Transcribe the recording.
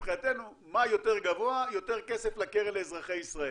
מבחינתנו מה יותר גבוה יותר כסף לקרן לאזרחי ישראל.